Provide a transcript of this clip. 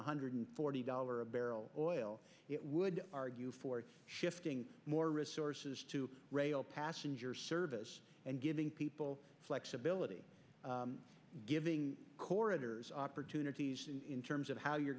one hundred forty dollars a barrel oil it would argue for shifting more resources to rail passenger service and giving people flexibility giving corridors opportunities in terms of how you're